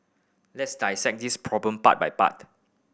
let's dissect this problem part by part